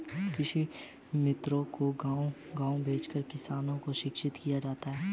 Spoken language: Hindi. कृषि मित्रों को गाँव गाँव भेजकर किसानों को शिक्षित किया जाता है